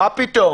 מה פתאום.